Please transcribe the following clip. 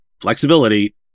flexibility